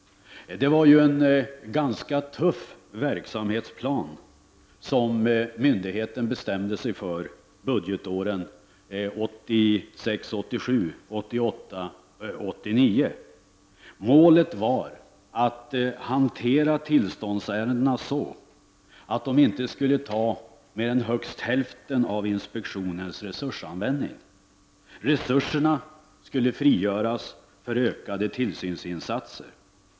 Det var ju en ganska tuff verksamhetsplan som myndigheten bestämde sig för budgetåren 1986 89. Målet var att hantera tillståndsärendena så att de inte tog mer än hälften av inspektionens resurser i anspråk. Resurser skulle frigöras för ökade tillsynsinsatser.